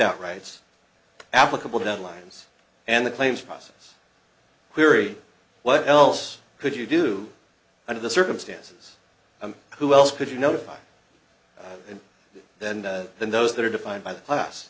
out rights applicable deadlines and the claims process query what else could you do under the circumstances and who else could you notify and then those that are defined by the class